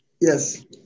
Yes